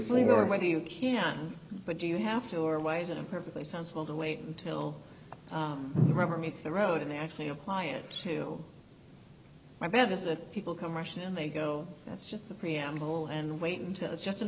flee or whether you can but do you have to or why is it a perfectly sensible to wait until the rubber meets the road and they actually apply it to my bet is that people come rushing and they go that's just the preamble and wait until it's just an